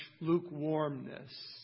lukewarmness